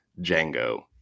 Django